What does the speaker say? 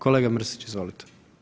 Kolega Mrsić, izvolite.